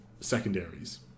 secondaries